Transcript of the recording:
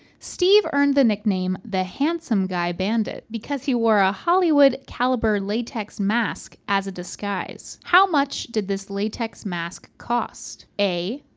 steve earned the nickname the handsome guy bandit, because he wore a hollywood caliber latex mask as a disguise. how much did this latex mask cost? a,